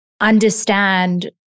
understand